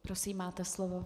Prosím, máte slovo.